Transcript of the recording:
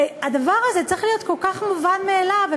הדבר הזה צריך להיות כל כך מובן מאליו,